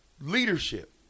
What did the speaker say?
Leadership